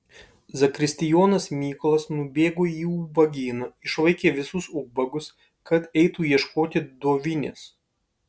zakristijonas mykolas nubėgo į ubagyną išvaikė visus ubagus kad eitų ieškoti dovinės